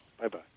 Bye-bye